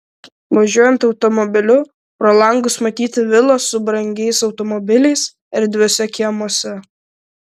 važiuojant automobiliu pro langus matyti vilos su brangiais automobiliais erdviuose kiemuose